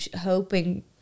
hoping